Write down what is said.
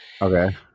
Okay